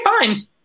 fine